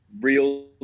real